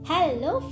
Hello